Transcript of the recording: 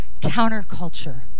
counterculture